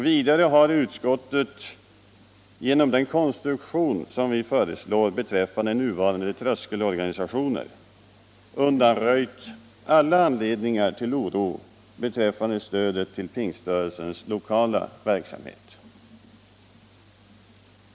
Vidare har utskottet genom den konstruktion som föreslås beträffande nuvarande tröskelorganisationer undanröjt alla anledningar till oro beträffande stödet till pingströrelsens lokala verksamhet.